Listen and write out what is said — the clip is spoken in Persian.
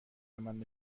عکسالعمل